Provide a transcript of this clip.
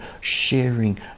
sharing